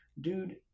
dude